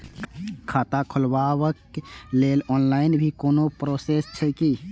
खाता खोलाबक लेल ऑनलाईन भी कोनो प्रोसेस छै की?